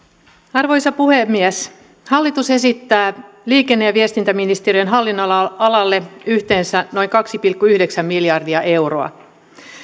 arvoisa puhemies hallitus esittää liikenne ja viestintäministeriön hallinnonalalle yhteensä noin kaksi pilkku yhdeksän miljardia euroa